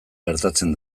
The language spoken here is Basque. gertatzen